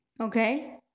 Okay